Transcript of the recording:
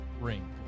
ring